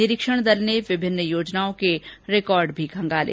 निरीक्षण दल ने विभिन्न योजनाओँ के रिकॉर्ड भी खंगाले